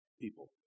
people